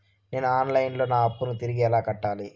నేను online లో నా అప్పును తిరిగి ఎలా కట్టాలి?